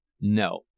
No